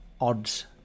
odds